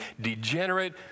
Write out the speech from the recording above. degenerate